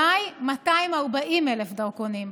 במאי, 240,000 דרכונים.